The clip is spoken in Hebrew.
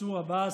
מנסור עבאס,